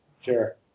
Sure